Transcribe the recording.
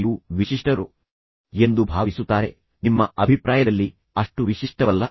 ನೀವು ಅದನ್ನು ವಿಶ್ಲೇಷಿಸಲು ಪ್ರಯತ್ನಿಸಿದ್ದೀರಾ ಮತ್ತು ನಂತರ ನಾನು ನಿಮಗೆ ಹೇಳಿದ ಸಲಹೆಗಳನ್ನು ಪ್ರಕ್ರಿಯೆಯನ್ನು ಬಳಸಲು ಪ್ರಯತ್ನಿಸಿದ್ದೀರಾ